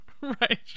right